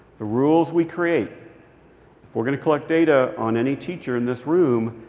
the rules we create if we're going to collect data on any teacher in this room,